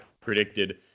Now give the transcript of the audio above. predicted